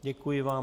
Děkuji vám.